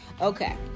okay